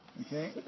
Okay